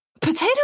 Potato